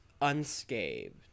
unscathed